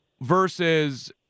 versus